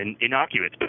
innocuous